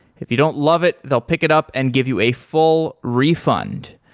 if you don't love it, they'll pick it up and give you a full refund.